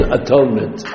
atonement